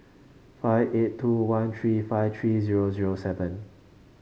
five eight two one three five three zero zero seven